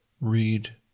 read